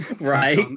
Right